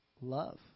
love